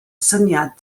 syniad